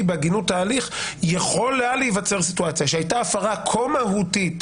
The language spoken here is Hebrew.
בהגינות ההליך" יכולה הייתה להיווצר סיטואציה שהייתה הפרה כה מהותית